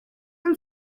and